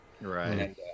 Right